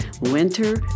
winter